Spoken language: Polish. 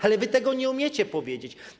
Ale wy tego nie umiecie powiedzieć.